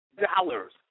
dollars